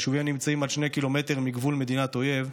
יישובים הנמצאים עד 2 קילומטר מגבול מדינת אויב,